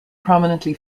prominently